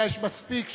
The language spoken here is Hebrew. מצביע רבותי,